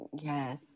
Yes